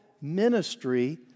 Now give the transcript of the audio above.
ministry